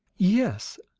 yes,